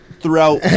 throughout